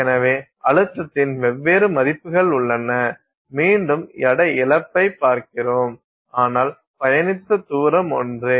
எனவே அழுத்தத்தின் வெவ்வேறு மதிப்புகள் உள்ளன மீண்டும் எடை இழப்பைப் பார்க்கிறோம் ஆனால் பயணித்த தூரம் ஒன்றே